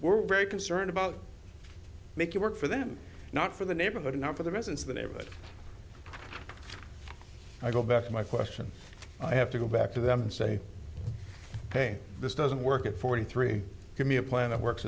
we're very concerned about make it work for them not for the neighborhood and not for the residents of the neighborhood i go back to my question i have to go back to them and say hey this doesn't work at forty three give me a plan that works